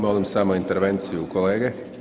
Molim samo intervenciju kolege.